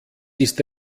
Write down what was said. ist